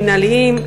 המינהליים,